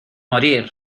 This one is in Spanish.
morir